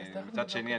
מצד שני,